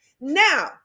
now